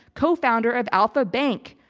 cofounder of alfa bank,